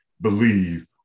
believe